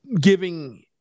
giving